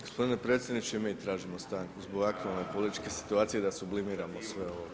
Gospodine predsjedniče i mi tražimo stanku zbog aktualne političke situacije da sublimiramo sve ovo.